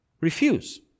refuse